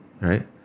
right